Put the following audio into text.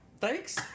Thanks